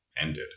ended